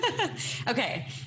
Okay